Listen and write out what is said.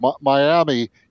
Miami